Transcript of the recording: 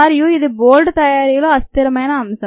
మరియు ఇదీ బోల్ట్ తయారీలో అస్థిరమైన అంశం